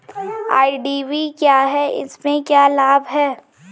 IDV क्या है इसमें क्या लाभ है?